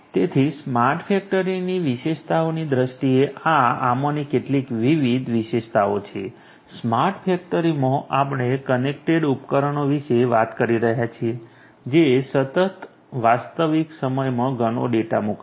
તેથી સ્માર્ટ ફેક્ટરીની વિશેષતાઓની દ્રષ્ટિએ આ આમાંની કેટલીક વિવિધ વિશેષતાઓ છે સ્માર્ટ ફેક્ટરીમાં આપણે કનેક્ટેડ ઉપકરણો વિશે વાત કરી રહ્યા છીએ જે સતત વાસ્તવિક સમયમાં ઘણો ડેટા મોકલશે